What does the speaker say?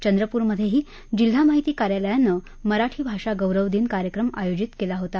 चंद्रपूरमधेही जिल्हा माहिती कार्यालयानं मराठी भाषा गौरव दिन कार्यक्रम आयोजित कला होता